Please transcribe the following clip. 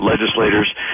legislators